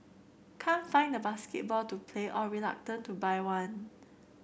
can't find a basketball to play or reluctant to buy one